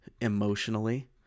emotionally